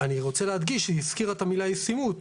אני רוצה להדגיש שהיא הזכירה את המילה ישימות.